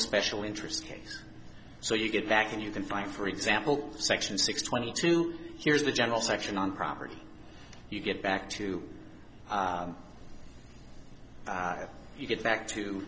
special interest case so you get back and you can find for example section six twenty two here is the general section on property you get back to you get back to